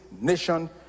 nation